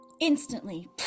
instantly